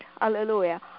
hallelujah